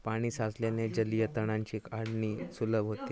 पाणी साचल्याने जलीय तणांची काढणी सुलभ होते